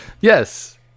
Yes